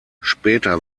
später